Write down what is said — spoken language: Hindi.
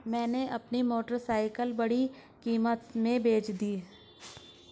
मैंने अपनी मोटरसाइकिल बड़ी कम कीमत में बेंच दी